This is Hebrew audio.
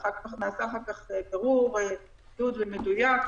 נעשה אחר כך בירור מדויק.